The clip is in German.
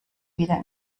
wieder